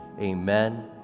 amen